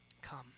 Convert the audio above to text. Come